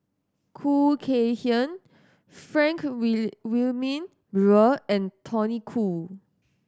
Khoo Kay Hian Frank We Wilmin Brewer and Tony Khoo